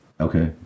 Okay